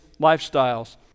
lifestyles